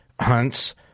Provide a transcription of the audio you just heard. hunts